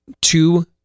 two